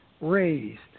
raised